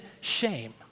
shame